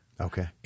Okay